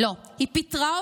נדמה לכם?